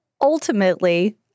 ultimately